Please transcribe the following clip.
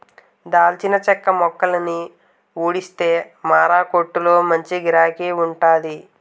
దాల్చిన చెక్క మొక్కలని ఊడిస్తే మారకొట్టులో మంచి గిరాకీ వుంటాది